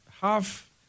Half